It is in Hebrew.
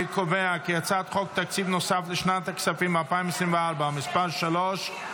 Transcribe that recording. אני קובע כי הצעת חוק תקציב נוסף לשנת הכספים 2024 (מס' 3),